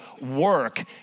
work